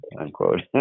unquote